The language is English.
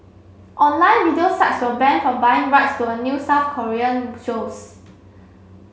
online video sites were banned from buying rights to a new South Korean shows